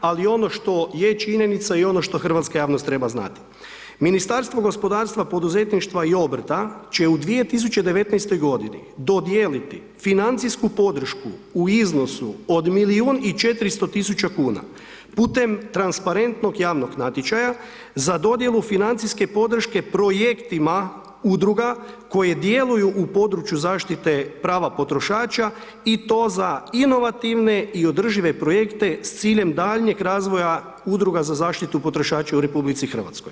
Ali ono što je činjenica i ono što hrvatska javnost treba znati, Ministarstvo gospodarstva, poduzetništva i obrta će u 2019. godini dodijeliti financijsku podršku u iznosu od milijun i 400 tisuća kuna putem transparentnog javnog natječaja za dodjelu financijske podrške projektima udruga koje djeluju u području zaštite prava potrošača i to za inovativne i održive projekte s ciljem daljnjeg razvoja udruga za zaštitu potrošača u RH.